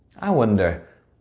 i wonder,